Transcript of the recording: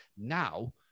Now